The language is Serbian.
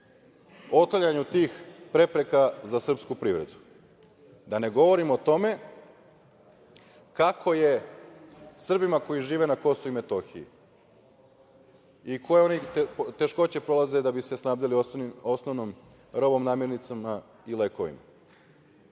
otklanjanju tih prepreka za srpsku privredu? Da ne govorim o tome kako je Srbima koji žive na Kosovu i Metohiji i koje oni teškoće prolaze da bi se snabdeli osnovnom robom, namirnicama i lekovima.